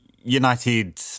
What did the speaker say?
United